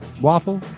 Waffle